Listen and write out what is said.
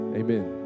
amen